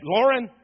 Lauren